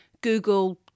Google